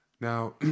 Now